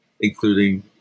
including